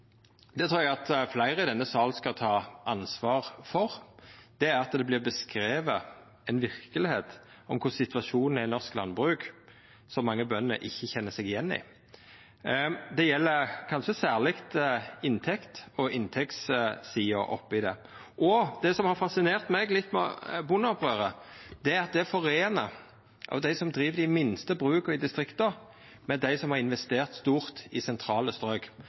det trur eg at fleire i denne salen skal ta ansvar for. Det er at det vert beskrive ei verkelegheit, korleis situasjonen er i norsk landbruk, som mange bønder ikkje kjenner seg igjen i. Det gjeld kanskje særleg inntekt og inntektssida oppi det. Det som har fascinert meg litt med bondeopprøret, er at det foreiner dei som driv dei minste bruka i distrikta, med dei som har investert stort i sentrale strøk.